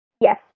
Yes